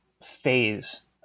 Phase